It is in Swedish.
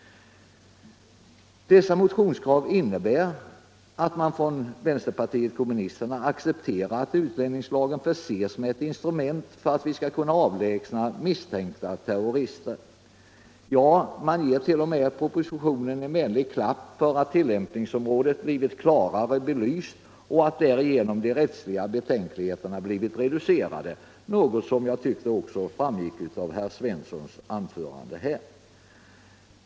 Dessa motionskrav innebär att vänsterpartiet kommunisterna accepterar att utlänningslagen förses med instrument för att kunna avlägsna misstänkta terrorister. Ja, man ger t.o.m. propositionen en vänlig klapp för att tillämpningsområdet blivit klarare belyst och de rättsliga betänkligheterna därigenom reducerade. Det ansåg också herr Svenssom i sitt anförande här.